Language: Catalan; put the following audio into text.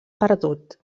perdut